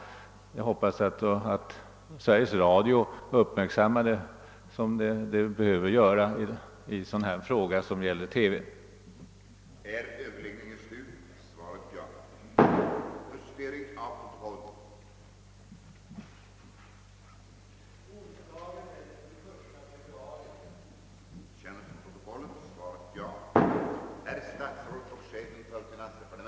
Jag hoppas att Sveriges Radio kommer att uppmärksamma saken, eftersom den ju rör televisionen, på det sätt som är behövligt.